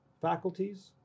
faculties